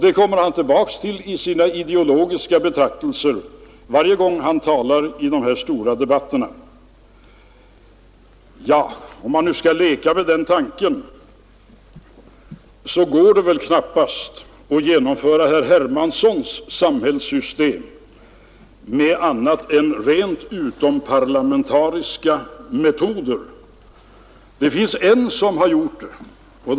Det kommer han tillbaka till i sina ideologiska betraktelser varje gång han talar i de stora debatterna. Ja, om man nu skall leka med den tanken, går det väl knappast att genomföra herr Hermanssons samhällssystem med annat än rent utomparlamentariska metoder. Det finns en som har gjort det, den parlamentariska vägen.